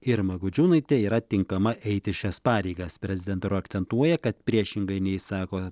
irma gudžiūnaitė yra tinkama eiti šias pareigas prezidentūra akcentuoja kad priešingai nei sako